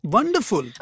Wonderful